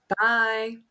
Bye